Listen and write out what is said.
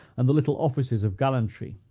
and the little offices of gallantry,